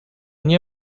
nie